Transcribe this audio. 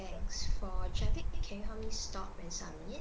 thanks for can you stop and submit